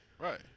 Right